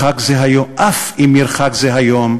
אף אם ירחק זה היום,